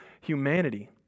humanity